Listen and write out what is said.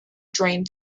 drained